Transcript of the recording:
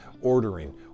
ordering